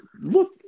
Look